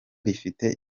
rifite